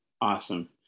Awesome